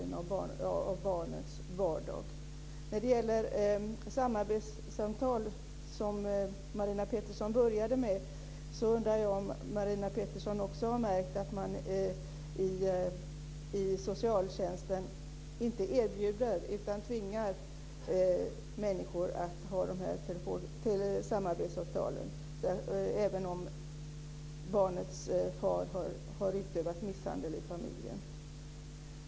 När det gäller samarbetssamtalen, som Marina Pettersson inledde med, undrar jag om Marina Pettersson också har märkt att socialtjänsten inte erbjuder utan tvingar människor till samarbetssamtal, även om barnets far har utövat misshandel i familjen.